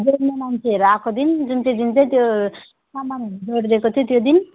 जोड्नु मान्छेहरू आएको दिन जुन चाहिँ जुन चाहिँ त्यो सामान जोडिदिएको थियो त्यो दिन